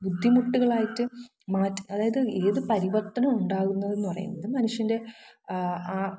ബുദ്ധിമുട്ട്കളായിട്ട് മാറ്റ് അതായത് ഏത് പരിവർത്തനം ഉണ്ടാകുന്നതെന്ന് പറയുന്നത് മനുഷ്യന്റെ